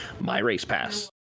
MyRacePass